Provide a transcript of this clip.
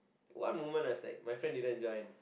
one moment I was like my friend didn't join